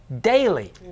daily